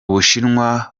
bushinwa